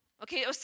Okay